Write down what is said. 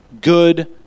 good